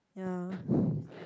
yeah